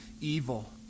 evil